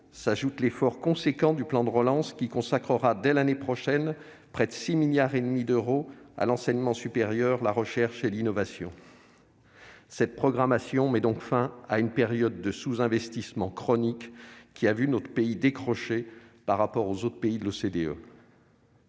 s'ajoute l'effort substantiel du plan de relance, qui consacrera dès l'année prochaine près de 6,5 milliards d'euros à l'enseignement supérieur, la recherche et l'innovation. Cette programmation met donc fin à une période de sous-investissement chronique, qui a vu notre pays décrocher par rapport aux autres pays de l'OCDE.